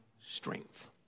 strength